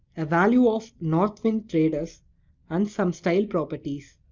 a value of north wind traders and some style properties.